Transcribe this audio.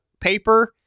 paper